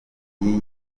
y’iyi